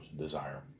desire